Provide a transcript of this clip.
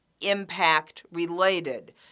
impact-related